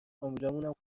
فامیلامونم